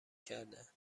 کردهاند